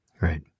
Right